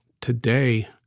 today